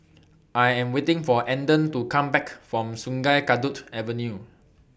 I Am waiting For Andon to Come Back from Sungei Kadut Avenue